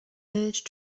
urge